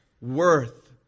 worth